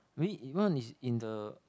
maybe one is in the